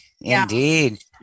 Indeed